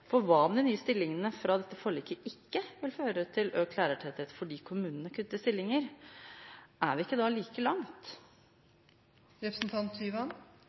budsjettforliket: Hva om de nye stillingene fra dette forliket ikke vil føre til økt lærertetthet fordi kommunene kutter stillinger? Er vi ikke da like langt?